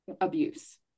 abuse